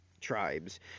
tribes